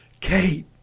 kate